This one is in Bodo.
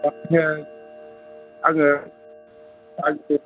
आङो